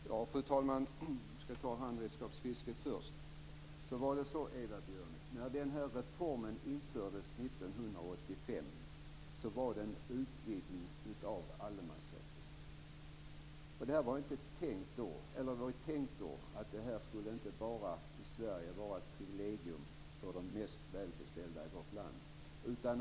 Fru talman! Låt mig ta handredskapsfisket först. När den här reformen infördes 1985 var det en utvidgning av allemansrätten, Eva Björne. Det var tänkt att detta inte bara skulle vara ett privilegium för de mest välbeställda i vårt land.